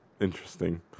Interesting